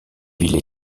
villes